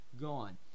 gone